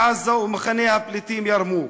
בעזה ובמחנה הפליטים ירמוכ?